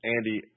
Andy